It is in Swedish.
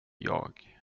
jag